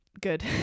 good